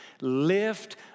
Lift